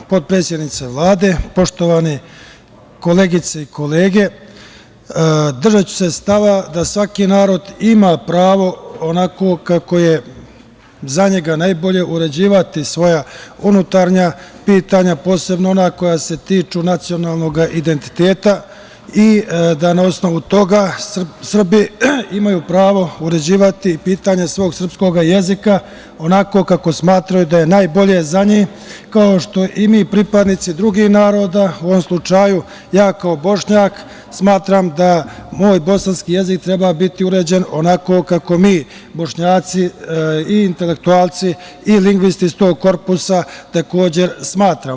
Poštovana potpredsednice Vlade, poštovane koleginice i kolege, držaću se stava da svaki narod ima pravo onako kako je za njega najbolje uređivati svoja unutrašnja pitanja, posebno ona koja se tiču nacionalnog identiteta i da na osnovu toga Srbi imaju pravo uređivati pitanje svog srpskog jezika onako kako smatraju da je najbolje za njih, kao što i mi pripadnici drugih naroda, u ovom slučaju, ja kao Bošnjak smatram da moj bosanski jezik treba biti uređen onako kako mi Bošnjaci i intelektualci i lingvisti iz tog korpusa takođe smatramo.